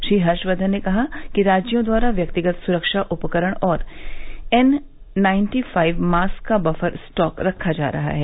श्री हर्षवर्धन ने कहा कि राज्यों द्वारा व्यक्तिगत सुरक्षा उपकरण और एन नाइन्टी फाइव मास्क का बफर स्टॉक रखा जा रहा है